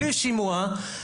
בלי שימוע,